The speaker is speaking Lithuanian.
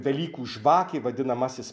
velykų žvakė vadinamasis